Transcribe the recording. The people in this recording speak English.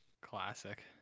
Classic